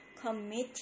committee